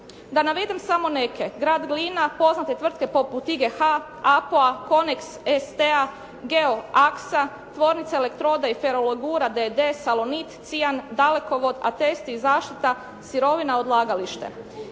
Da navedem samo neke. Grad Glina, poznate tvrtke poput «IGH», «APO-a», «KONEKS ST-a», «GEO AKS-a», «Tvornice elektroda i ferolegura d.d.», «Salonit», «Cijan», «Dalekovod», «Atesti i zaštita sirovina, odlagalište».